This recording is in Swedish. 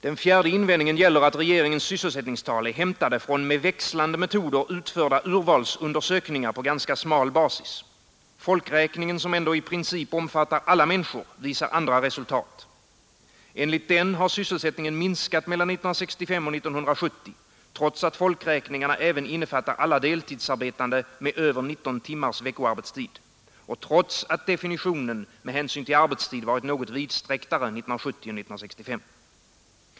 Den fjärde invändningen är att regeringens sysselsättningstal är hämtade från med växlande metoder utförda urvalsundersökningar på ganska smal basis. Folkräkningen, som ändå i princip omfattar alla människor, visar andra resultat. Enligt den har sysselsättningen minskat mellan 1965 och 1970, trots att folkräkningarna även innefattar alla deltidsarbetare med över 19 timmars veckoarbetstid och trots att definitionen med hänsyn till arbetstid varit något vidsträcktare 1970 än 1965.